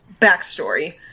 Backstory